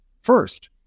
first